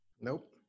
Nope